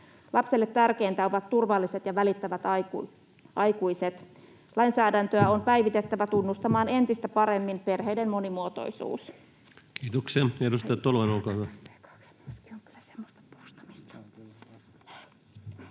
Lapselle tärkeintä ovat turvalliset ja välittävät aikuiset. Lainsäädäntöä on päivitettävä tunnustamaan entistä paremmin perheiden monimuotoisuus. [Speech